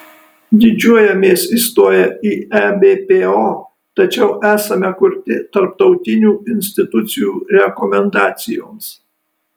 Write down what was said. didžiuojamės įstoję į ebpo tačiau esame kurti tarptautinių institucijų rekomendacijoms